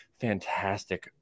fantastic